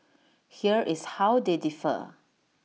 here is how they differ